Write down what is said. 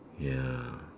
ya